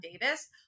Davis